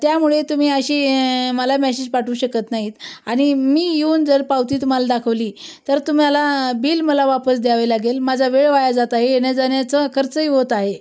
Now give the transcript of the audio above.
त्यामुळे तुम्ही असे मला मॅशेज पाठवू शकत नाहीत आणि मी येऊन जर पावती तुम्हाला दाखवली तर तुम्हाला बिल मला वापस द्यावे लागेल माझा वेळ वाया जात आहे येण्याजाण्याचा खर्चही होत आहे